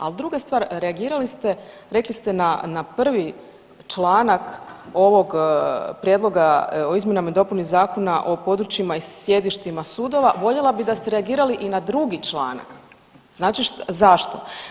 Al druga stvar, reagirali ste, rekli ste na, na prvi članak ovog prijedloga o izmjenama i dopuni Zakona o područjima i sjedištima sudova voljela bih da ste reagirali i na drugi članak, znači zašto?